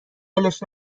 ولش